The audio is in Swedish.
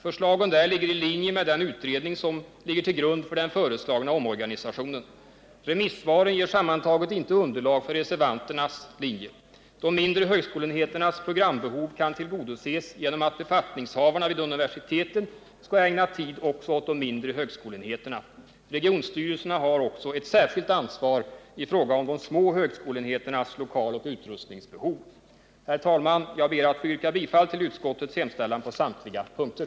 Förslaget där ligger i linje med den utredning som ligger till grund för den föreslagna omorganisationen. Remissvaren ger sammantaget inte underlag för reservanternas linje. De mindre högskoleenheternas programbehov kan tillgodoses genom att befattningshavarna vid universiteten skall ägna tid också åt de mindre högskoleenheterna. Regionstyrelserna har också ett särskilt ansvar i fråga om de små högskoleenheternas lokaloch utrustningsbehov. Herr talman! Jag ber att få yrka bifall till utskottets hemställan på samtliga punkter.